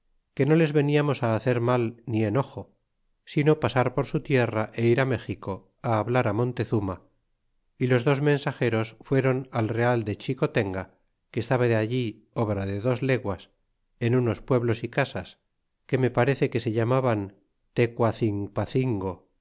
que no les veniamos hacer mal ni enojo sino pasar por su tierra é ir méxico a hablar montezuma y les dos mensageros fuéron al real de xicotenga que estaba de allí obra de dos leguas en unos pueblos y casas que me varece que se llamaban tecuacinpacingo